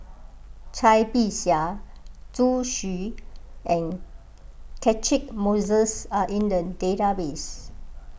Cai Bixia Zhu Xu and Catchick Moses are in the database